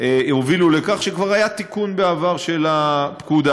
הובילו לכך שכבר היה בעבר תיקון של הפקודה.